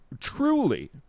truly